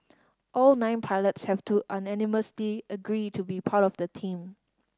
all nine pilots have to unanimously agree to be part of the team